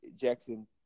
Jackson